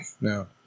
No